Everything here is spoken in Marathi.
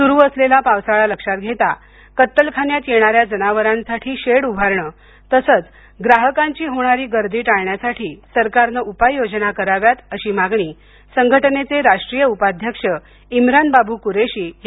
सुरु असलेल्या पावसाळा लक्षात घेता कत्तलखान्यात येणाऱ्या जनावरांसाठी शेड उभारणे तसंच ग्राहकांची होणारी गर्दी टाळण्यासाठी सरकारने उपाययोजना कराव्यात अशी मागणी संघटनेचे राष्ट्रीय उपाध्यक्ष इम्रान बाबू कुरेशी यांनी केली आहे